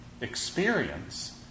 experience